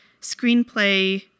screenplay